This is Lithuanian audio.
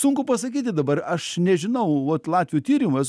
sunku pasakyti dabar aš nežinau vat latvių tyrimas